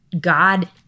God